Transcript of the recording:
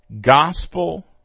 gospel